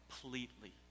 completely